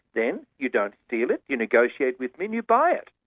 then, you don't steal it, you negotiate with me and you buy it.